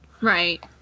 Right